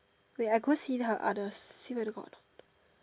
wait I go see her others see whether got or not